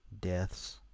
deaths